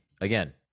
Again